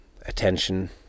attention